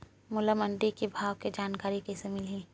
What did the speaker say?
मोला मंडी के भाव के जानकारी कइसे मिलही?